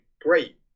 great